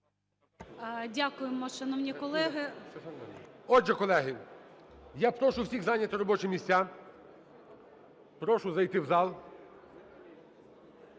Дякуємо, шановні колеги. ГОЛОВУЮЧИЙ. Отже, колеги, я прошу всіх зайняти робочі місця, прошу зайти в зал.